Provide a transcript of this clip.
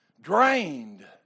Drained